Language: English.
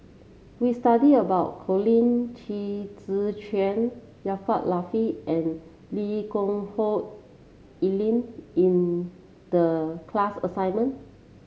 we studied about Colin Qi Zhe Quan Jaafar Latiff and Lee Geck Hoon Ellen in the class assignment